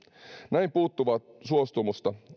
näin puuttuvaa suostumusta